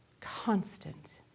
Constant